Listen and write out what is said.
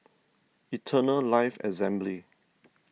Eternal Life Assembly